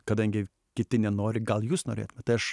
kadangi kiti nenori gal jūs norėtumėt tai aš